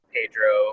Pedro